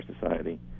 society